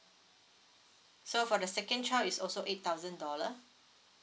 so for the second child is also eight thousand dollar